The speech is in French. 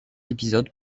épisodes